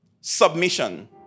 Submission